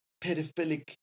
pedophilic